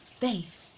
faith